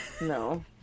No